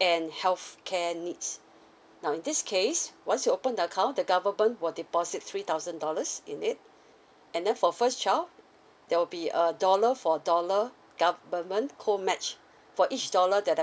and healthcare needs now in this case once you open the account the government will deposit three thousand dollars in it and then for first child there will be a dollar for dollar government co match for each dollar that the